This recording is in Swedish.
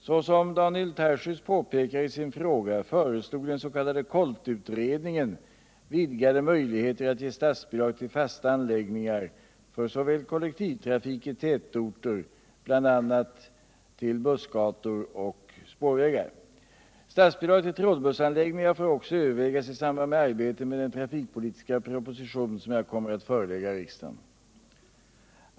Såsom Daniel Tarschys påpekar i sin fråga föreslog den s.k. KOLT utredningen vidgade möjligheter att ge statsbidrag till fasta anläggningar för lokal kollektivtrafik i tätorter, bl.a. till bussgator och spårvägar. Statsbidrag tilltrådbussanläggningar får också övervägas i samband med arbetet med den trafikpolitiska proposition som jag kommer att förelägga riksdagen.